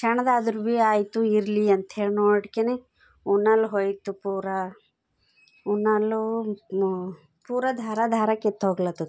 ಸಣ್ದಾದ್ರು ಭೀ ಆಯ್ತು ಇರ್ಲಿ ಅಂಥೇಳಿ ನೋಡಷ್ಟ್ಕೆನೇ ಉಣಲ್ ಹೋಯ್ತು ಪೂರ ಉಣಲ್ಲೂ ಪೂರಾ ದಾರ ದಾರ ಕಿತ್ಹೋಗ್ಲತ್ತಿತ್ತು